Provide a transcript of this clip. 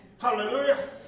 hallelujah